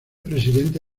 presidente